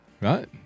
right